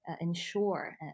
ensure